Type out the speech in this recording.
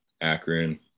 Akron